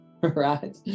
right